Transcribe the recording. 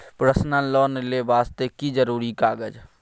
Personal loan ले वास्ते की जरुरी कागज?